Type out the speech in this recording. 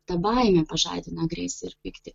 ta baimė pažadina agresiją ir pyktį